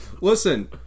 listen